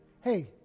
Hey